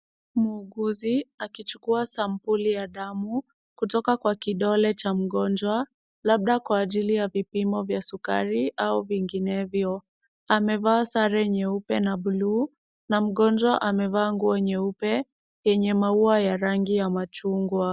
Muuguzi akichukua sampuli ya damu kutoka kwa kidole cha mgonjwa, labda kwa ajili ya vipimo vya sukari au vinginevyo. Amevaa sare nyeupe na blue na mgonjwa amevaa nguo nyeupe, yenye maua ya rangi ya machungwa.